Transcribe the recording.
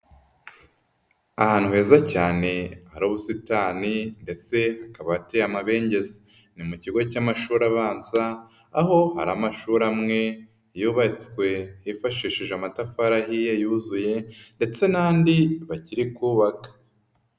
Ahantu heza cyane hari ubusitani ndetse hakaba hateye amabengeza, ni mu kigo cy'amashuri abanza aho hari amashuri amwe yubatswe hifashishije amatafari ahiye yuzuye ndetse n'andi bakiri kubaka.